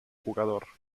jugador